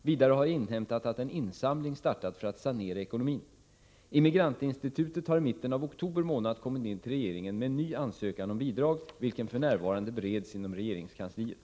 Vidare har jag inhämtat att en insamling startat för att sanera ekonomin. Immigrant-Institutet har i mitten av oktober månad kommit in till regeringen med en ny ansökan om bidrag, vilken f.n. bereds inom regeringskansliet.